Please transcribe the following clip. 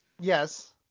Yes